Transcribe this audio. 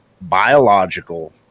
biological